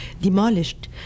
demolished